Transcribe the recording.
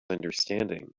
understanding